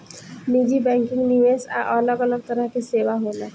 निजी बैंकिंग, निवेश आ अलग अलग तरह के सेवा होला